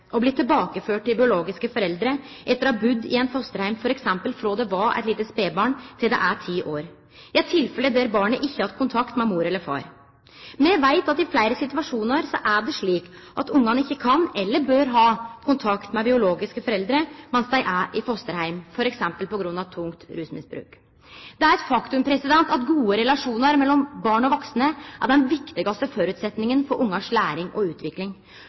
å bli tilbakeført til biologiske foreldre etter å ha budd i ein fosterheim f.eks. frå det var eit lite spedbarn til det er ti år, i eit tilfelle der barnet ikkje har hatt kontakt med mor eller far? Me veit at i fleire situasjonar er det slik at barna ikkje kan eller bør ha kontakt med biologiske foreldre mens dei er i fosterheim, f.eks. på grunn av tungt rusmisbruk. Det er eit faktum at gode relasjonar mellom barn og vaksne er den viktigaste føresetnaden for barns læring og utvikling.